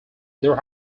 there